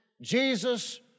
Jesus